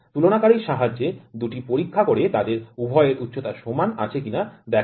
তুলনাকারীর সাহায্যে দুটি পরীক্ষা করে তাদের উভয়ের উচ্চতা সমান আছে কিনা দেখা হয়